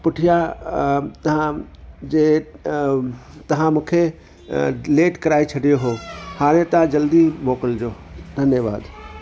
पुठियां तव्हांजे तव्हां मूंखे लेट कराये छॾियो हुओ हाणे तव्हां जल्दी मोकिलजो धन्यवादु